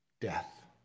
Death